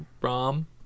Rom